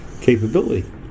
capability